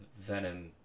Venom